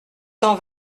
cent